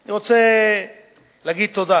אני רוצה להגיד תודה